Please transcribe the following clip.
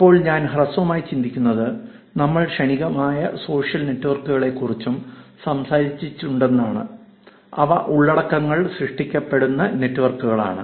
ഇപ്പോൾ ഞാൻ ഹ്രസ്വമായി ചിന്തിക്കുന്നത് നമ്മൾ ക്ഷണികമായ സോഷ്യൽ നെറ്റ്വർക്കുകളെക്കുറിച്ചും സംസാരിച്ചിട്ടുണ്ടെന്നാണ് അവ ഉള്ളടക്കങ്ങൾ സൃഷ്ടിക്കപ്പെടുന്ന നെറ്റ്വർക്കുകളാണ്